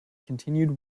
continued